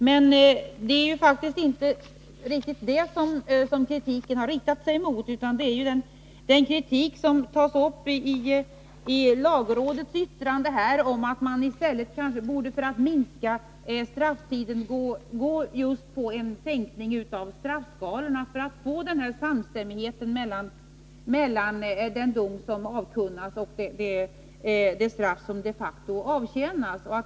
Men det är faktiskt inte riktigt detta som kritiken har riktat sig mot, utan det är samma kritik som tas upp i lagrådets yttrande om att man för att obligatoriskt halvera strafftiden kanske i stället borde genomföra en sänkning av straffskalorna, för att få samstämmighet mellan den dom som avkunnas och det straff som de facto avtjänas.